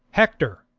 hector,